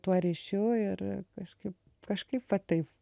tuo ryšiu ir kažkaip kažkaip va taip